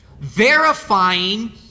verifying